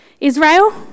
Israel